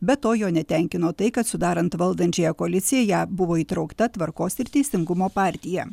be to jo netenkino tai kad sudarant valdančiąją koaliciją į ją buvo įtraukta tvarkos ir teisingumo partija